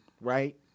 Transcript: right